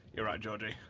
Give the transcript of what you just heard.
you're right, georgie.